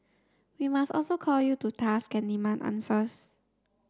we must also call you to task and demand answers